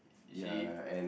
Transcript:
ya and